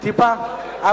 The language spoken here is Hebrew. טיפה?